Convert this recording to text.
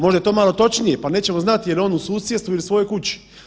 Možda je to malo točnije, pa nećemo znati jel je on u susjedstvu ili u svojoj kući.